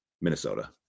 Minnesota